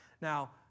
Now